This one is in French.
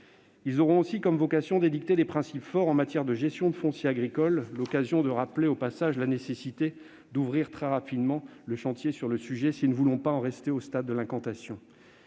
Ils auront aussi pour vocation d'édicter des principes forts en matière de gestion du foncier agricole, ce qui me donne l'occasion de rappeler la nécessité d'ouvrir très rapidement le chantier sur le sujet, si ne voulons pas en rester au stade de l'incantation.